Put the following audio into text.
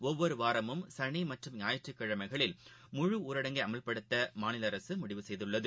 ஒவ்வொருவாரமும் சனிமற்றும் ஞாயிற்றுக்கிழமைகளில் முழு ஊரடங்கை அமல்படுத்தமாநிலஅரசுமுடிவு செய்துள்ளது